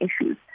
issues